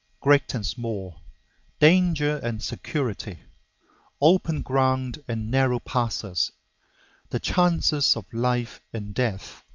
great and small danger and security open ground and narrow passes the chances of life and death.